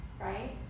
right